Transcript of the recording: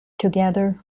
together